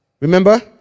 remember